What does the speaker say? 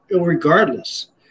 regardless